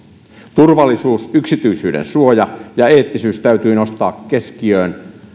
turvallisuus yksityisyydensuoja ja eettisyys täytyy nostaa keskiöön